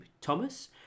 Thomas